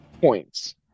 Points